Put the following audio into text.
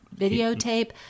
videotape